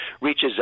reaches